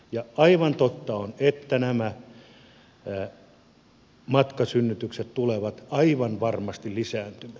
ja aivan totta on että nämä matkasynnytykset tulevat aivan varmasti lisääntymään